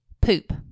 poop